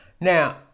Now